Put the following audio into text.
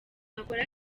akora